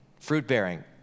fruit-bearing